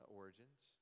origins